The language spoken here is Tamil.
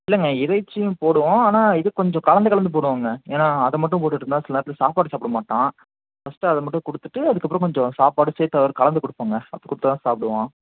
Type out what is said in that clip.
இல்லைங்க இறைச்சியும் போடுவோம் ஆனால் இது கொஞ்சம் கலந்து கலந்து போடுவோங்க ஏன்னா அதை மட்டும் போட்டுட்டு இருந்தா சில நேரத்தில் சாப்பாடு சாப்பிட மாட்டான் ஃபர்ஸ்ட்டு அதை மட்டும் கொடுத்துட்டு அதுக்கப்புறம் கொஞ்சம் சாப்பாடும் சேர்த்து அதோடு கலந்து கொடுப்பங்க அப்படி கொடுத்தாதான் சாப்பிடுவான்